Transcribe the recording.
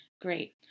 Great